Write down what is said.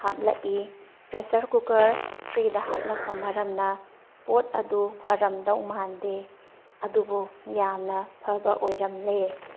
ꯍꯥꯞꯂꯛꯏ pressure cooker ꯐ꯭ꯔꯤꯗ ꯍꯥꯞꯂꯛꯄ ꯃꯔꯝꯅꯥ ꯄꯣꯠ ꯑꯗꯣ ꯐꯔꯝꯗꯧ ꯃꯥꯟꯗꯦ ꯑꯗꯨꯕꯨ ꯌꯥꯝꯅ ꯐꯕ ꯑꯣꯏꯔꯝꯂꯦ